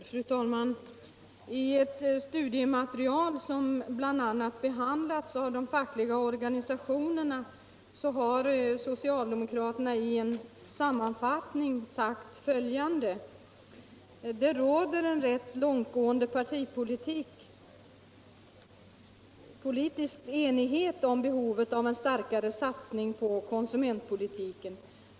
Fru talman! I ett studiematerial som bl.a. behandlats av de fackliga organisationerna har socialdemokraterna i en sammanfattning sagt följande: ”Det råder en rätt långtgående partipolitisk enighet om behovet av en starkare satsning på konsumentpolitiken.